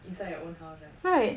inside your own house leh